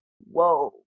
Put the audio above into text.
whoa